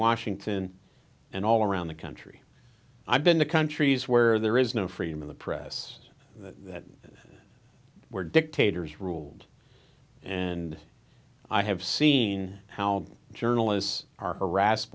washington and all around the country i've been to countries where there is no freedom of the press that were dictators ruled and i have seen how journalists are harassed